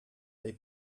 they